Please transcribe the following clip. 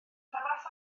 fath